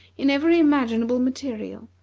in every imaginable material,